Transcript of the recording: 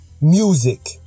music